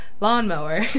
lawnmower